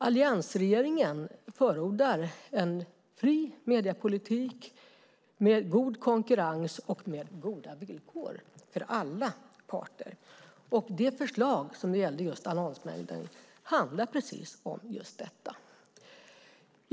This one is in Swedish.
Alliansregeringen förordar en fri mediepolitik med god konkurrens och goda villkor för alla parter. Förslaget om annonsmängden handlade om precis detta.